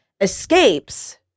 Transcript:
escapes